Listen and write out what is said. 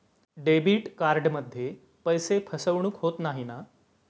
Debit कार्डमध्ये पैसे फसवणूक होत नाही ना?